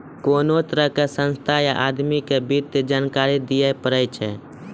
कोनो तरहो के संस्था या आदमी के वित्तीय जानकारी दियै पड़ै छै